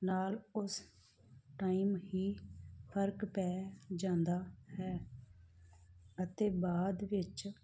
ਨਾਲ ਉਸ ਟਾਈਮ ਹੀ ਫਰਕ ਪੈ ਜਾਂਦਾ ਹੈ ਅਤੇ ਬਾਅਦ ਵਿੱਚ